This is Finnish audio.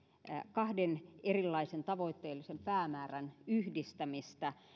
kahden erilaisen tavoitteellisen päämäärän yhdistämistä